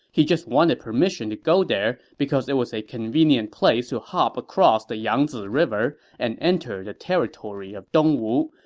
he just wanted permission to go there because it was a convenient place to hop across the yangzi river and enter the territory of dongwu,